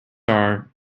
are